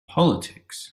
politics